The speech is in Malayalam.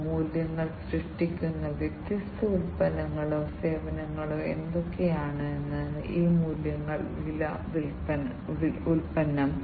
അതിനാൽ വ്യവസായവുമായി ബന്ധപ്പെട്ട വ്യാവസായിക സംബന്ധിയായ സെൻസറുകൾ ഉപയോഗിക്കുന്നതിനുള്ള ഈ ആവശ്യകതകളിൽ ചിലത് ഇവയാണ്